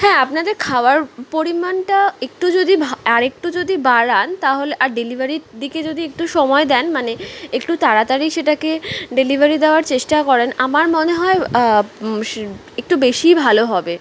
হ্যাঁ আপনাদের খাবার পরিমাণটা একটু যদি আরেকটু যদি বাড়ান তাহলে আর ডেলিভারির দিকে যদি একটু সময় দেন মানে একটু তাড়াতাড়ি সেটাকে ডেলিভারি দেওয়ার চেষ্টা করেন আমার মনে হয় একটু বেশিই ভালো হবে